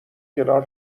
کنار